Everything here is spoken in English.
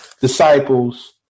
disciples